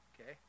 okay